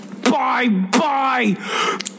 Bye-bye